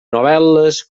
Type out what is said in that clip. novel·les